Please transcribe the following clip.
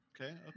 Okay